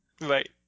Right